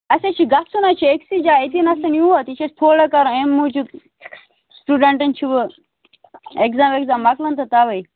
اَسہِ حظ چھُ گژھُن حظ چھُ أکۍسٕے جایہِ أتی نسٕے یوت یہِ چھِ أسۍ تھوڑا کران اَمہِ موٗجوٗب سِٹوڈنٛٹن چھُ وۄنۍ ایگزام ویگزام مۄکلان تہٕ تَوے